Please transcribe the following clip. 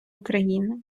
україни